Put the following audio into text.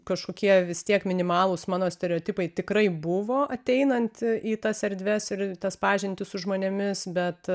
kažkokie vis tiek minimalūs mano stereotipai tikrai buvo ateinant į tas erdves ir tas pažintis su žmonėmis bet